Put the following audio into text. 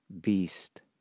beast